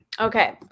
Okay